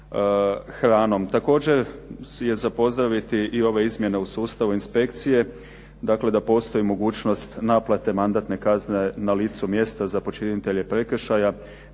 hranom. Također je za pozdraviti i ove izmjene u sustavu inspekcije, dakle da postoji mogućnost naplate mandatne kazne na licu mjesta za počinitelje prekršaja,